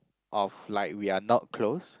of like we are not close